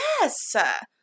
Yes